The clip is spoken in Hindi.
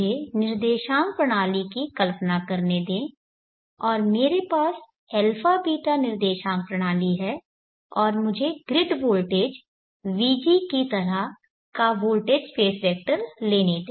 मुझे निर्देशांक प्रणाली की कल्पना करने दें और मेरे पास αβ निर्देशांक प्रणाली है और मुझे ग्रिड वोल्टेज vg की तरह का वोल्टेज स्पेस वेक्टर लेने दे